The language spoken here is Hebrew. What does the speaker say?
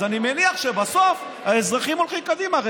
אז אני מניח שבסוף האזרחים הולכים קדימה.